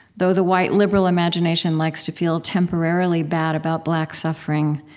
though the white liberal imagination likes to feel temporarily bad about black suffering,